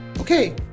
Okay